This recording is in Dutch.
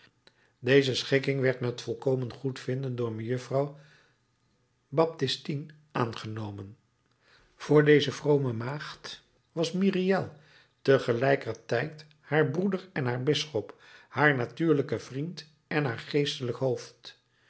deze schikking werd met volkomen goedvinden door mejuffrouw baptistine aangenomen voor deze vrome maagd was myriel te gelijker tijd haar broeder en haar bisschop haar natuurlijke vriend en haar geestelijk hoofd